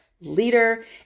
leader